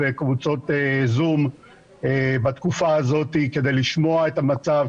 קבוצות זום בתקופה הזאת כדי לשמוע את המצב,